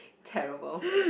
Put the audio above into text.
terrible